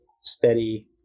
steady